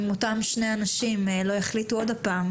אם אותם שני אנשים לא יחליטו עוד פעם